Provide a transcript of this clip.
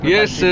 Yes